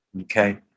okay